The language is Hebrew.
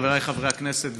חבריי חברי הכנסת,